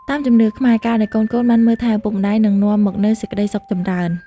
តាមជំនឿខ្មែរ ការដែលកូនៗបានមើលថែឪពុកម្តាយ នឹងនាំមកនូវសេចក្តីសុខចម្រើន។